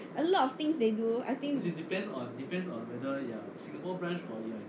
a lot of things they do I think